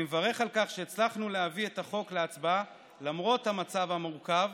אני מברך על כך שהצלחנו להביא את החוק להצבעה למרות המצב המורכב.